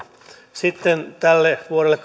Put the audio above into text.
sitten vuodelle